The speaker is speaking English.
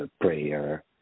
prayer